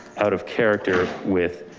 out of character with,